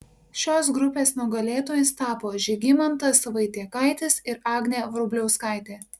šios grupės nugalėtojais tapo žygimantas vaitiekaitis ir agnė vrubliauskaitė